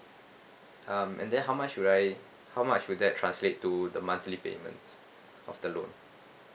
um and then how much will I how much will that translate to the monthly payments of the loan